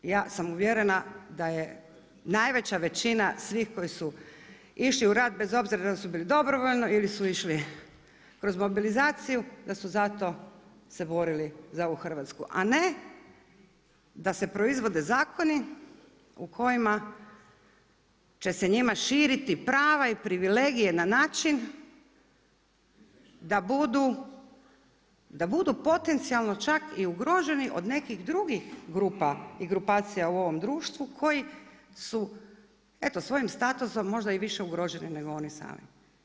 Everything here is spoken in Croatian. Ja sam uvjerena da je najveća većina svi koji su išli u rat bez obzira da li su bili dobrovoljno ili su išli kroz mobilizaciju, da su zato se borili za ovu Hrvatsku a ne da se proizvode zakoni u kojima će se njima štititi prava i privilegije na način da budu potencijalno čak i ugroženi od nekih drugih grupa i grupacija u ovom društvu koji su eto, svojim statusom možda i više ugroženi nego oni sami.